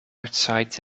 outside